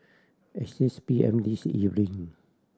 at six P M this evening